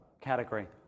category